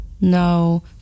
No